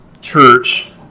church